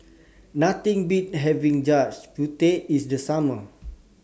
Nothing Beats having Gudeg Putih in The Summer